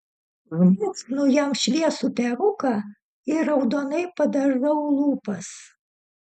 užmaukšlinu jam šviesų peruką ir raudonai padažau lūpas